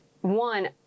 one